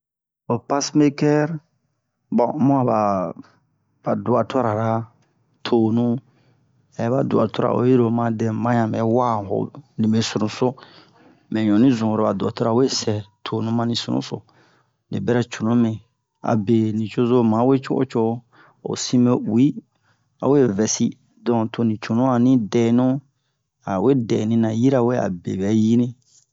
Ho pas-mekɛr bon mu'a ba do'atorora tonu hɛ ba do'atorora oyi ro oma dɛmu ba yan bɛ wa'a ho nibe sunuso mɛ un onni zun lo a do'atorora we sɛ tonu mani sunuso ni bɛrɛ cunu mi abe nicozo ma we co'o co'o o sinbo uwi a we vɛsi don to ni cunu a ni dɛnu a we dɛni na yirawe a bebɛ yini